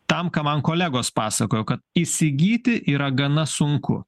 tam ką man kolegos pasakojo kad įsigyti yra gana sunku